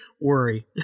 worry